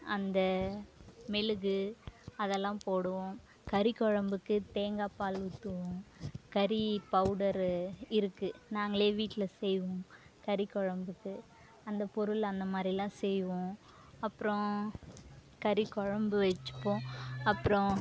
அந்த மெளகு அதெல்லாம் போடுவோம் கறி குழம்புக்கு தேங்கா பால் ஊற்றுவோம் கறி பவுடர் இருக்குது நாங்களே வீட்டில் செய்வோம் கறி குழம்புக்கு அந்த பொருள் அந்தமாதிரிலாம் செய்வோம் அப்புறம் கறி குழம்பு வச்சுப்போம் அப்புறம்